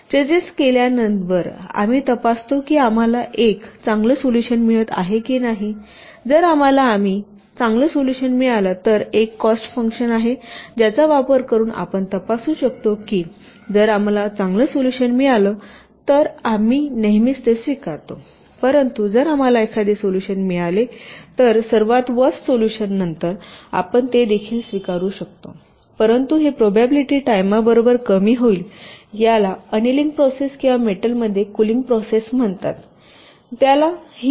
चजेस केल्यावर आम्ही तपासतो की आम्हाला एक चांगल सोल्युशन मिळत आहे की नाही जर आम्हाला आणखी चांगल सोल्युशन मिळाला तर एक कॉस्ट फंक्शन आहे ज्याचा वापर करून आपण तपासू शकतो की जर आम्हाला चांगल सोल्युशन मिळाला तर आम्ही नेहमीच ते स्वीकारतो परंतु जर आपल्याला एखादे सोल्युशन मिळाले तर सर्वात व्हर्स्ट सोल्युशन नंतर आपण ते देखील स्वीकारू शकतोपरंतु ही प्रोबॅबिलिटी टाईमाबरोबर कमी होईल याला अॅनिलिंग प्रोसेस किंवा मेटलमध्ये कुलिंग प्रोसेस म्हणतात जे म्हणतात त्याला